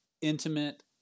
intimate